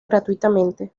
gratuitamente